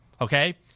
okay